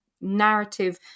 narrative